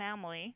family